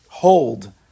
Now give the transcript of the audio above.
hold